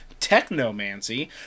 technomancy